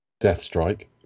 Deathstrike